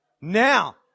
now